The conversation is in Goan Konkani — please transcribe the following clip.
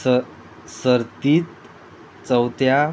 स सर्तींत चवथ्या